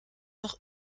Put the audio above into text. noch